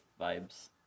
vibes